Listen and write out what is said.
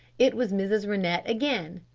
it was mrs. rennett again.